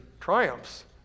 triumphs